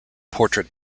portrait